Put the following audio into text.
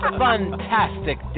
fantastic